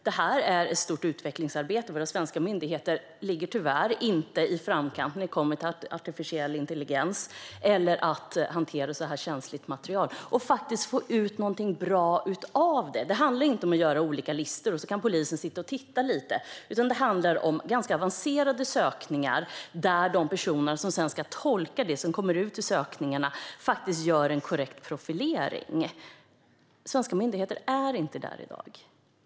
Det här är ett stort utvecklingsarbete, för våra svenska myndigheter ligger tyvärr inte i framkant när det gäller artificiell intelligens eller att hantera så här känsligt material och faktiskt få ut någonting bra av det. Det handlar inte om att göra olika listor som polisen kan sitta och titta lite på, utan det handlar om ganska avancerade sökningar där de personer som sedan ska tolka det som kommer ut från sökningarna faktiskt ska göra en korrekt profilering. Svenska myndigheter är inte där i dag.